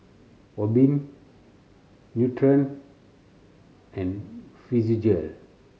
Obimin Nutren and Physiogel